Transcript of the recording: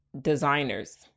designers